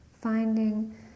Finding